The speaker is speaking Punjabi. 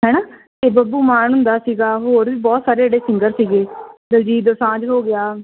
ਹੈ ਨਾ ਅਤੇ ਬੱਬੂ ਮਾਨ ਹੁੰਦਾ ਸੀਗਾ ਹੋਰ ਵੀ ਬਹੁਤ ਸਾਰੇ ਜਿਹੜੇ ਸਿੰਗਰ ਸੀਗੇ ਦਿਲਜੀਤ ਦੋਸਾਂਝ ਹੋ ਗਿਆ